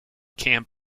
camp